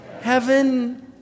heaven